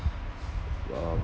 um